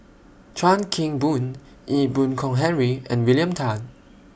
Chuan Keng Boon Ee Boon Kong Henry and William Tan